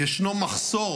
יש מחסור